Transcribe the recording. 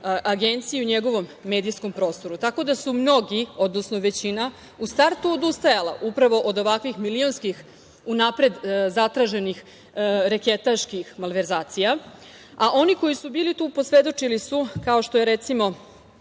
agenciji, njegovom medijskom prostoru. Tako da su mnogi, odnosno većina u startu odustajali upravo od ovakvih milionskih unapred zatraženih reketaških malverzacija, a oni koji su buli tu, posvedočili su, kao što je recimo